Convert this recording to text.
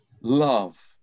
Love